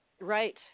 Right